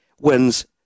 wins